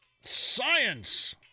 Science